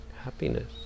happiness